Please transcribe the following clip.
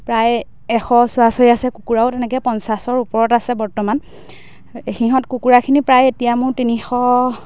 প্ৰায় এশ ওচৰা ওচৰি আছে কুকুৰাও তেনেকৈ পঞ্চাছৰ ওপৰত আছে বৰ্তমান সিহঁত কুকুৰাখিনি প্ৰায় এতিয়া মোৰ তিনিশ